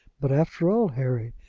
but after all, harry,